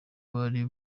bari